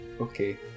Okay